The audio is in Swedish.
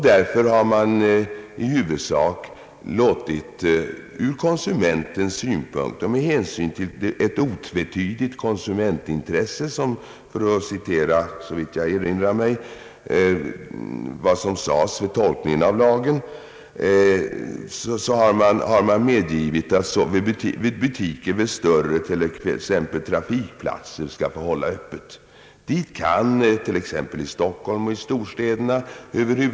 I huvudsak med hänsyn till ett otvetydigt konsumentintresse — som det, såvitt jag erinrar mig, sades vid tolkningen av lagen — har man därför medgivit att t.ex. butiker vid större trafikplatser i Stockholm och andra storstäder skall få ha söndagsöppet.